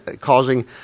causing